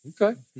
Okay